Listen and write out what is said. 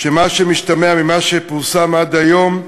שמה שמשתמע ממה שפורסם עד היום,